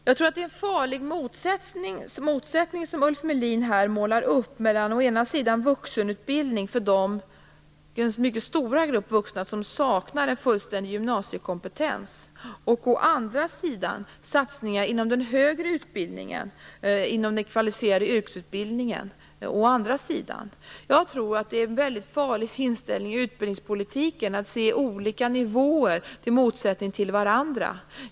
Jag tror att det är en farlig motsättning som Ulf Melin här målar upp mellan å ena sidan vuxenutbildning för den mycket stora grupp av vuxna som saknar fullständig gymnasiekompetens och å andra sidan satsningar inom den högre utbildningen, inom den kvalificerade yrkesutbildningen. Jag tror att det är en väldigt farlig inställning i utbildningspolitiken att se olika nivåer i motsättning till varandra.